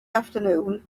afternoon